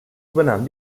übernahm